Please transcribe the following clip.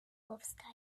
powstaje